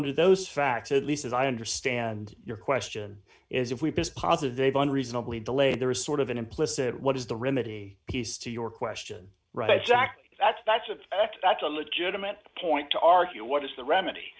under those facts at least as i understand your question is if we posit a bun reasonably delayed there is sort of an implicit what is the remedy piece to your question right exactly that's that's a that's a legitimate point to argue what is the remedy